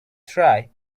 try